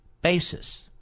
basis